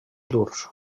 durs